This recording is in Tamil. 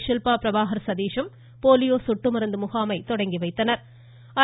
ஷில்பா பிரபாகர் சதீஷ் ம் போலியோ சொட்டு மருந்து முகாமை தொடங்கி வைத்தனா்